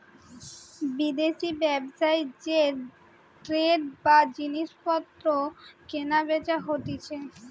বিদেশি ব্যবসায় যে ট্রেড বা জিনিস পত্র কেনা বেচা হতিছে